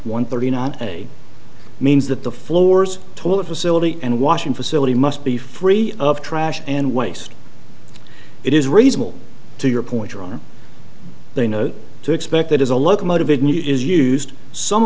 one thirty not a means that the floors total facility and washing facility must be free of trash and waste it is reasonable to your point your honor they know to expect that is a locomotive it is used some